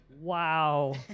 Wow